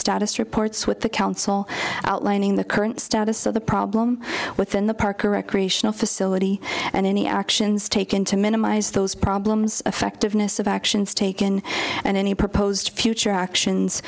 status reports with the council outlining the current status of the problem within the park or recreational facility and any actions taken to minimize those problems effectiveness of actions taken and any proposed future actions